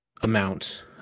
amount